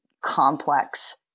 complex